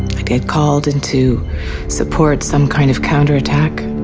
i get called into support some kind of counter-attack.